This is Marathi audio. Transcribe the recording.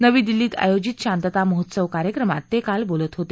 नवी दिल्लीत आयोजित शांतता महोत्सव कार्यक्रमात ते काल बोलत होते